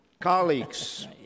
Colleagues